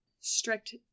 strict